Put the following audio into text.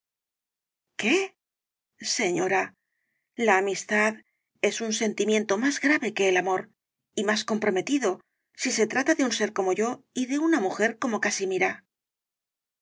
señora la amistad es un sentimiento más grave que el amor y más comprometido si se trata de un ser como yo y de una mujer como casimira